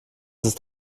ist